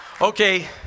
Okay